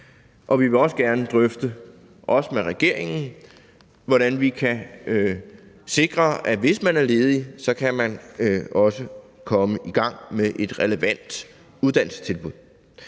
Og vi vil også gerne drøfte, også med regeringen, hvordan vi kan sikre, at hvis man er ledig, kan man også komme i gang med et relevant uddannelsestilbud.